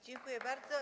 Dziękuję bardzo.